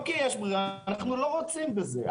אנחנו לא רוצצים בזה.